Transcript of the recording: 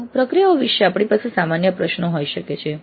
તો પ્રક્રિયાઓ વિશે આપણી પાસે સામાન્ય પ્રશ્નો હોઈ શકે છે